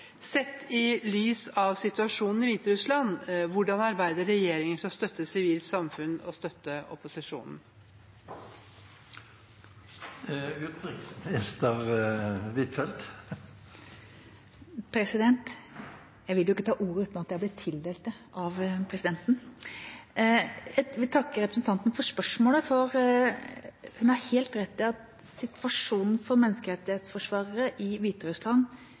Sett i lys av situasjonen i Hviterussland, hvordan arbeider regjeringen for å støtte sivilt samfunn og støtte opposisjonen?» Jeg vil takke representanten for spørsmålet, for hun har helt rett i at